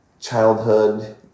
childhood